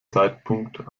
zeitpunkt